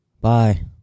Bye